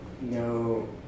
no